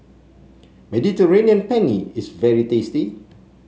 Mediterranean Penne is very tasty